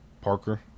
Parker